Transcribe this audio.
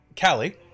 Callie